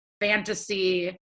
fantasy